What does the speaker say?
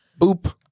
Boop